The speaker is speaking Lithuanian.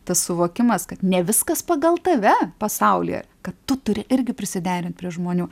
tas suvokimas kad ne viskas pagal tave pasaulyje kad tu turi irgi prisiderint prie žmonių